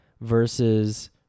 versus